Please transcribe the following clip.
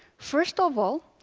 first of all,